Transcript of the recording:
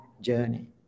journey